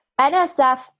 NSF